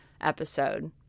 episode